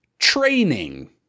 Training